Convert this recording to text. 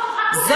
רק,